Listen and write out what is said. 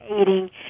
eating